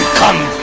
come